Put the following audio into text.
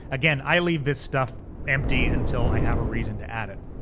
again, i leave this stuff empty until i have a reason to add it.